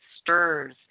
stirs